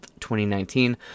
2019